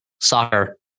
soccer